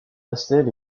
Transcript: pastel